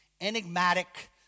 enigmatic